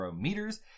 meters